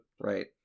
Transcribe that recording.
right